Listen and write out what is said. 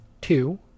two